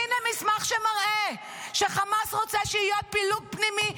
הינה מסמך שמראה שחמאס רוצה שיהיה פילוג פנימי,